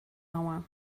hour